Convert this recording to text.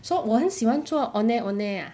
so 我很喜欢做 ondeh-ondeh ah